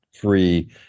free